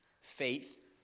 faith